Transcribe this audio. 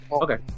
Okay